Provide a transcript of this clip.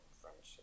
friendship